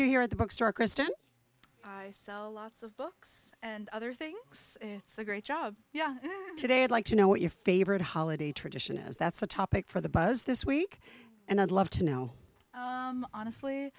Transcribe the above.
do here at the bookstore kristen i sell lots of books and other things it's a great job yeah today i'd like to know what your favorite holiday tradition is that's a topic for the buzz this week and i'd love to know honestly